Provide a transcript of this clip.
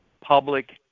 public